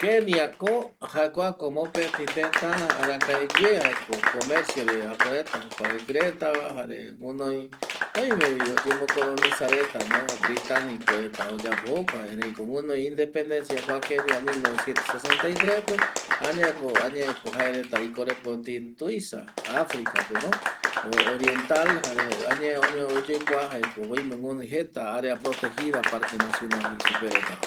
Keniako jae kuako mopeti tëta arakaeguie komerciore äpo reta oparaɨkɨ retava jare guɨnoi oimevi oyembo colonisa retano britaniko reta oyapo jokua ereiko guɨnoi independencia kua kenia mil novecientos sesenta y trespe añaeko añaeko jaereta ikorepoti tuisa africapeno oriental jare añae oñoi oyekua jaeko oime guɨnoi jeta area protegida parke nacional jei supe retava